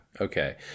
Okay